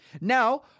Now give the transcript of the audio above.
Now